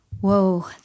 Whoa